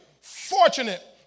fortunate